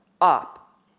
up